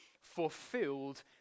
fulfilled